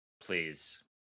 please